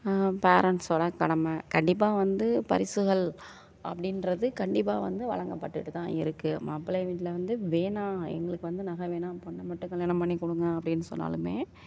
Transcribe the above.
பேரண்ட்ஸோடய கடமை கண்டிப்பாக வந்து பரிசுகள் அப்படின்றது கண்டிப்பாக வந்து வழங்கப்பட்டுட்டு தான் இருக்குது மாப்பிள்ளை வீட்டில் வந்து வேணாம் எங்களுக்கு வந்து நகை வேணாம் பொண்ணு மட்டும் கல்யாணம் பண்ணி கொடுங்க அப்படின்னு சொன்னாலுமே